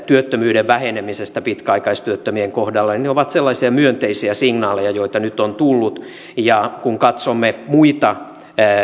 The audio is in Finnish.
työttömyyden vähenemisestä pitkäaikaistyöttömien kohdalla ne ne ovat sellaisia myönteisiä signaaleja joita nyt on tullut kun katsomme muita